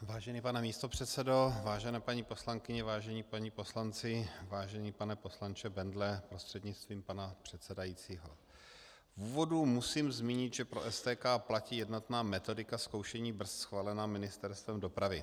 Vážený pane místopředsedo, vážené paní poslankyně, vážení páni poslanci, vážený pane poslanče Bendle prostřednictvím pana předsedajícího, v úvodu musím zmínit, že pro STK platí jednotná metodika zkoušení brzd schválená Ministerstvem dopravy.